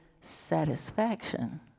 satisfaction